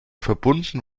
verbunden